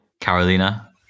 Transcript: Carolina